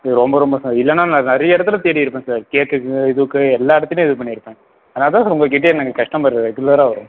ரொம்ப ரொம்ப சார் இல்லைன்னா நான் நிறைய இடத்துல தேடியிருப்பேன் சார் கேட்குக்கு இதுக்கு எல்லா இடத்துலையும் இது பண்ணியிருப்பேன் அதனால் தான் சார் உங்கக்கிட்டயே நாங்கள் கஸ்டமர் ரெகுலராக வரோம்